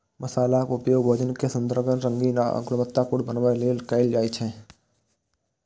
मसालाक उपयोग भोजन कें सुअदगर, रंगीन आ गुणवतत्तापूर्ण बनबै लेल कैल जाइ छै